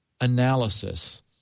analysis